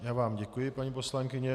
Já vám děkuji, paní poslankyně.